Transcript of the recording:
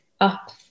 up